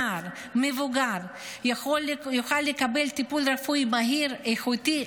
נער ומבוגר יוכל לקבל טיפול רפואי מהיר ואיכותי,